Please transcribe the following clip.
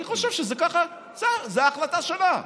אני חושב שזה ככה, זו החלטה שלה.